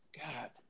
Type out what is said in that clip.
God